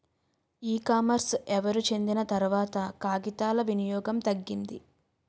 ఈ కామర్స్ ఎవరు చెందిన తర్వాత కాగితాల వినియోగం తగ్గింది